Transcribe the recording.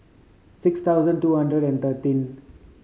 six thousand two hundred and thirteen